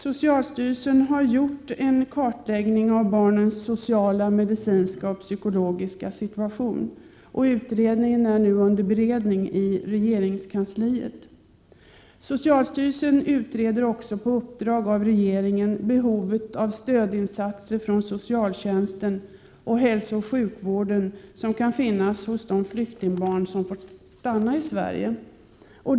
Socialstyrelsen har gjort en kartläggning av barnens sociala, medicinska och psykologiska situation. Utredningen är nu under beredning i regeringskansliet. Socialstyrelsen utreder också på uppdrag av regeringen behov av stödinsatser från socialtjänsten och hälsooch sjukvården hos de flyktingbarn som fått stanna i Sverige.